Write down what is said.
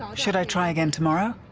um should i try again tomorrow?